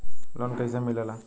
Loan कईसे मिलेला?